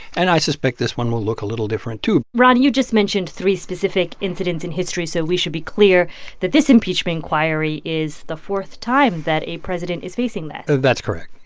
and i suspect this one will look a little different, too ron, you just mentioned three specific incidents in history. so we should be clear that this impeachment inquiry is the fourth time that a president is facing that that's correct.